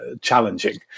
challenging